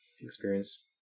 experience